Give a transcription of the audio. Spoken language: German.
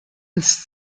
ins